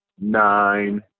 nine